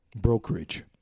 brokerage